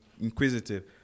inquisitive